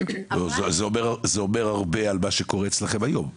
זה אומר הרבה על מה שקורה אצלכם היום.